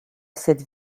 cette